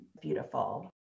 beautiful